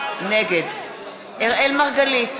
נגד אראל מרגלית,